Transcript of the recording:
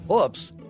Oops